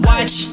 Watch